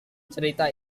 cerita